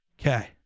Okay